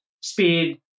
speed